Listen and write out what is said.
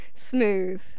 Smooth